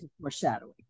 Foreshadowing